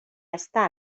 està